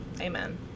amen